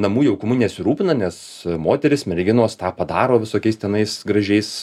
namų jaukumu nesirūpina nes moterys merginos tą padaro visokiais senais gražiais